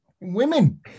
women